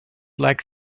like